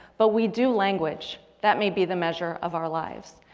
but we do language, that may be the measure of our lives.